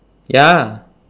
ya